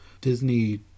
disney